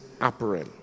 apparel